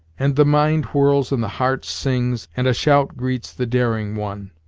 and the mind whirls and the heart sings, and a shout greets the daring one.